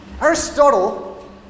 aristotle